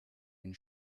den